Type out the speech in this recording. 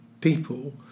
people